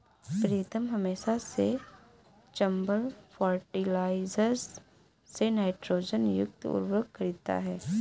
प्रीतम हमेशा से चंबल फर्टिलाइजर्स से नाइट्रोजन युक्त उर्वरक खरीदता हैं